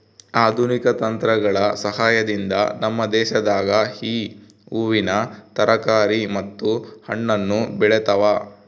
ಆಧುನಿಕ ತಂತ್ರಗಳ ಸಹಾಯದಿಂದ ನಮ್ಮ ದೇಶದಾಗ ಈ ಹೂವಿನ ತರಕಾರಿ ಮತ್ತು ಹಣ್ಣನ್ನು ಬೆಳೆತವ